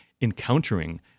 encountering